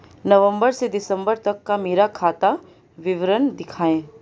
नवंबर से दिसंबर तक का मेरा खाता विवरण दिखाएं?